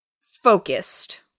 focused